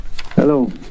Hello